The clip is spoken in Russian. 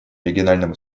региональному